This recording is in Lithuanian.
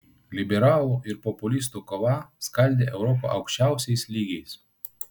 liberalų ir populistų kova skaldė europą aukščiausiais lygiais